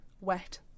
Wet